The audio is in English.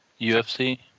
UFC